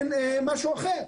לשימוש אחר.